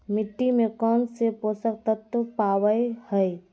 मिट्टी में कौन से पोषक तत्व पावय हैय?